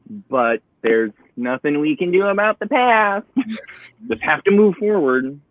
but there's nothing we can do about the past. just have to move forward.